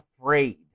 afraid